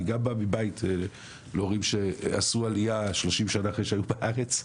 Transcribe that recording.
אני גם בא מבית להורים שעשו עלייה 30 שנים אחרי שהיו בארץ,